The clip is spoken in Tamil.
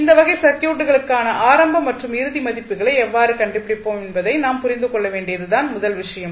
இந்த வகை சர்க்யூட்களுக்கான ஆரம்ப மற்றும் இறுதி மதிப்புகளை எவ்வாறு கண்டுபிடிப்போம் என்பதை நாம் புரிந்து கொள்ள வேண்டியது தான் முதல் விஷயம்